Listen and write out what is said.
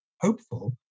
hopeful